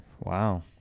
Wow